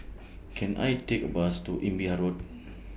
Can I Take A Bus to Imbiah Road